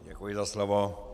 Děkuji za slovo.